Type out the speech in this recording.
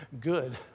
good